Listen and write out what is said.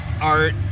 art